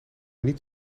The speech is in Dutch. niet